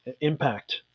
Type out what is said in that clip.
impact